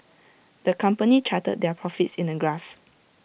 the company charted their profits in A graph